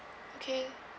okay